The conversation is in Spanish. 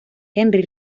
henry